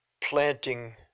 planting